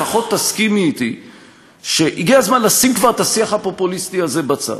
לפחות תסכימי אתי שהגיע הזמן לשים כבר את השיח הפופוליסטי הזה בצד,